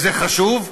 וזה חשוב,